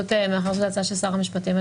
מאחר שזו הצעה של שר המשפטים,